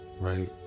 right